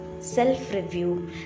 self-review